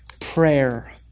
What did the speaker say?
prayer